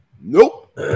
Nope